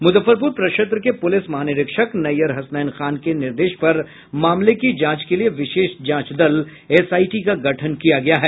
मुजफ्फरपुर प्रक्षेत्र के पुलिस महानिरीक्षक नैयर हसनैन खान के निर्देश पर मामले की जांच के लिए विशेष जांच दल एसआईटी का गठन किया गया है